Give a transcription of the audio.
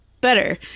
better